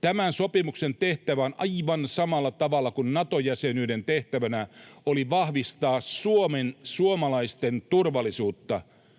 Tämän sopimuksen tehtävänä, aivan samalla tavalla kuin oli Nato-jäsenyyden tehtävänä, on vahvistaa Suomen ja suomalaisten turvallisuutta,